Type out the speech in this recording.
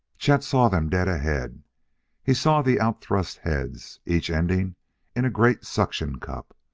chet saw them dead ahead he saw the outthrust heads, each ending in a great suction-cup,